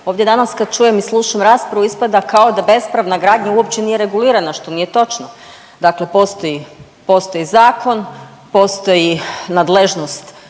ovdje danas kad čujem i slušam raspravu ispada kao da bespravna gradnja uopće nije regulirana što nije točno. Dakle, postoji zakon, postoji nadležnost